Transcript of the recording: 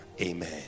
amen